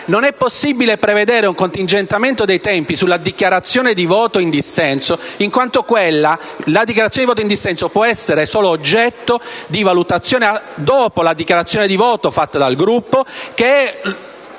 Non è possibile prevedere un contingentamento dei tempi sulla dichiarazione di voto in dissenso, in quanto quest'ultima può essere solo oggetto di valutazione dopo la dichiarazione di voto fatta dal Gruppo, che è